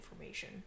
information